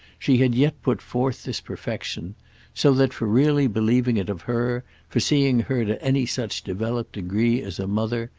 she had yet put forth this perfection so that for really believing it of her, for seeing her to any such developed degree as a mother,